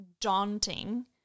daunting